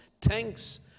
tanks